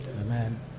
Amen